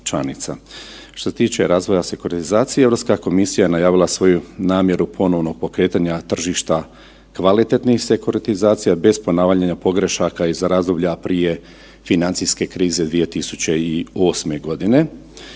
Što se tiče razvoja sekuritizacije, EU komisija je najavila svoju namjeru ponovnog pokretanja tržišta kvalitetnih sekuritizacija bez ponavljanja pogrešaka iz razdoblja prije financijske krize 2008. g.